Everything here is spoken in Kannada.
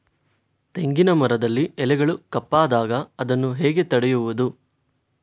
ತೆಂಗಿನ ಮರದಲ್ಲಿ ಎಲೆಗಳು ಕಪ್ಪಾದಾಗ ಇದನ್ನು ಹೇಗೆ ತಡೆಯುವುದು?